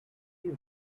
feel